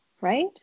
Right